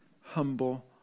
humble